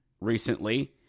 recently